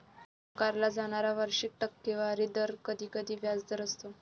आकारला जाणारा वार्षिक टक्केवारी दर कधीकधी व्याजदर असतो